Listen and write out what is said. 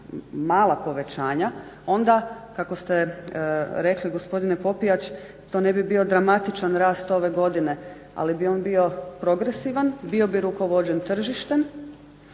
mala povećanja onda kako ste rekli gospodine Popijač to ne bi bio dramatičan rast ove godine, ali bi on bio progresivan, bio bi rukovođen tržištem.